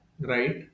right